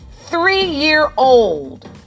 three-year-old